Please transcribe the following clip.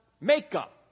makeup